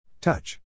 Touch